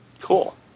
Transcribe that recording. Cool